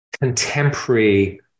contemporary